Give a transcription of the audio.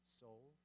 soul